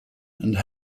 and